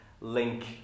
link